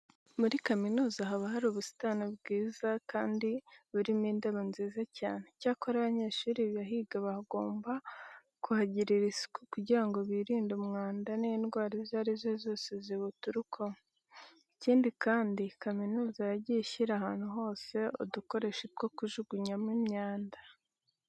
Muri kaminuza haba hari ubusitani bwiza kandi burimo indabo nziza cyane. Icyakora abanyeshuri bahiga baba bagomba kuhagirira isuku kugira ngo birinde umwanda n'indwara izo ari zo zose ziwuturukaho. Ikindi kandi kaminuza yagiye ishyira ahantu hose udukoresho two kujugunyamo imyanda.